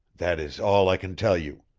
that is all i can tell you.